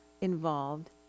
involved